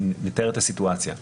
נתאר את הסיטואציה.